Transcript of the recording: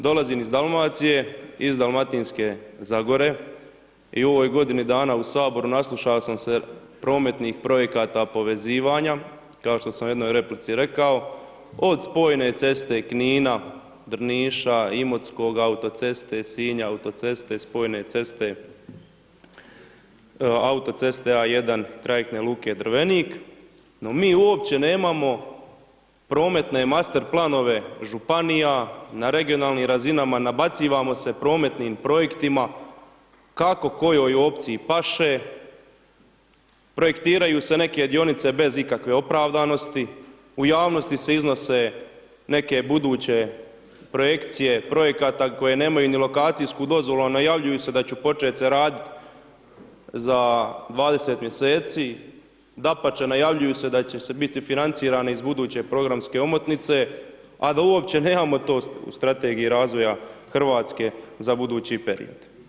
Dolazim iz Dalmacije, iz Dalmatinske Zagore, i u ovoj godini dana u Saboru nasluša' sam se prometnih projekata povezivanja, kao što sam u jednoj replici rekao, od spojne ceste Knina, Drniša, Imotskoga, autoceste Sinj, autoceste, spojne ceste, autoceste A1, trajektne luke Drvenik, no mi uopće nemamo prometne master planove Županija, na regionalnih razinama, nabacivamo se prometnim projektima kako kojoj opciji paše, projektiraju se neke dionice bez ikakve opravdanosti, u javnosti se iznose neke buduće projekcije projekata koje nemaju ni lokacijsku dozvolu, a najavljuju se da će počet se radit za 20 mjeseci, dapače najavljuju se da će se biti financirane iz buduće programske omotnice, a da uopće nemamo to u Strategiji razvoja Hrvatske za budući period.